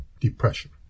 depression